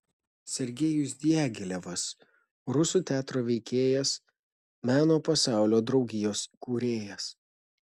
sergejus diagilevas rusų teatro veikėjas meno pasaulio draugijos kūrėjas